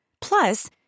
Plus